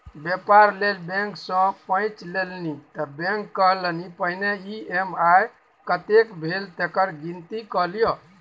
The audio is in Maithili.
बेपार लेल बैंक सँ पैंच लेलनि त बैंक कहलनि पहिने ई.एम.आई कतेक भेल तकर गिनती कए लियौ